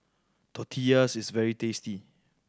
Tortillas is very tasty